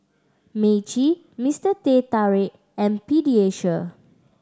Meiji Mister Teh Tarik and Pediasure